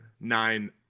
nine